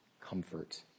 comfort